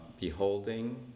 Beholding